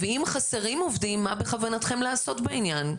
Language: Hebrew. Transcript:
והאם חסרים עובדים מה בכוונתכם לעשות בעניין?